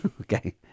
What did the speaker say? Okay